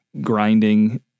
grinding